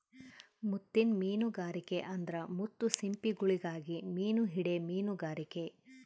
ಮುತ್ತಿನ್ ಮೀನುಗಾರಿಕೆ ಅಂದ್ರ ಮುತ್ತು ಸಿಂಪಿಗುಳುಗಾಗಿ ಮೀನು ಹಿಡೇ ಮೀನುಗಾರಿಕೆ